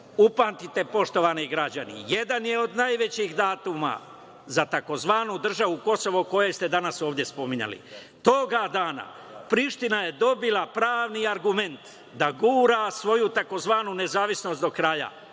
upamtite poštovani građani, jedan je od najvećih datuma za tzv. „državu Kosovo“ koju ste danas ovde spominjali. Toga dana Priština je dobila pravni argument da gura svoju tzv. „nezavisnost“ do kraja.